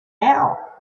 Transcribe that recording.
now